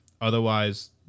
Otherwise